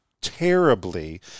terribly